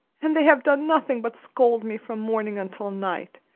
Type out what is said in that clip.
and they have done nothing but scold me from morning until night.